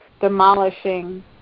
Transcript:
demolishing